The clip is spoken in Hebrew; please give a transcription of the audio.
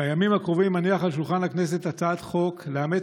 בימים הקרובים אניח על שולחן הכנסת הצעת חוק לאמץ